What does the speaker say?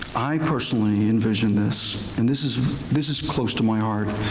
i personally envision this and this is this is close to my heart.